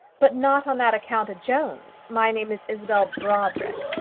but not on that account a jones. my name is isabel brodrick.